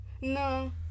No